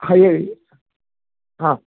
ಹಾಂ